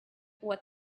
what